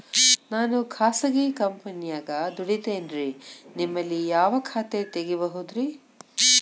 ನಾನು ಖಾಸಗಿ ಕಂಪನ್ಯಾಗ ದುಡಿತೇನ್ರಿ, ನಿಮ್ಮಲ್ಲಿ ಯಾವ ಖಾತೆ ತೆಗಿಬಹುದ್ರಿ?